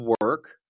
work